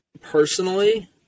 Personally